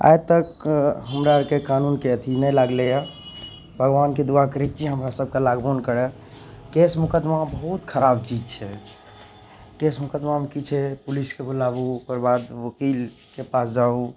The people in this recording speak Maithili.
आइ तक हमरा आरके कानूनके अथी नहि लागइए भगवानके दुआ करैत छी कि हमरा सभके लागबो नहि करय केस मुकदमा बहुत खराब चीज छै केस मुकदमामे की छै पुलिसके बुलाबू ओकर बाद वकीलके पास जाउ